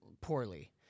poorly